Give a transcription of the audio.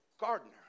gardener